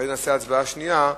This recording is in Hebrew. אחרי זה נעשה הצבעה שנייה,